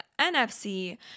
NFC